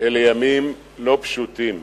אלה ימים לא פשוטים.